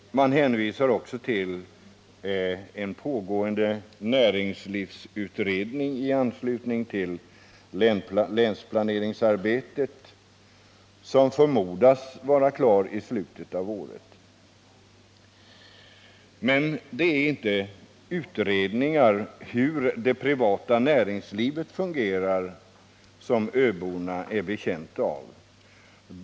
Utskottet hänvisar också till en pågående näringslivsutredning i anslutning till länsplaneringsarbetet som förmodas bli klar i slutet på året. : Men det är inte utredningar av hur det privata näringslivet fungerar som öborna är betjänta av.